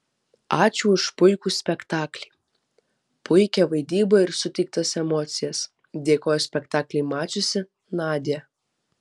ačiū už puikų spektaklį puikią vaidybą ir suteiktas emocijas dėkojo spektaklį mačiusi nadia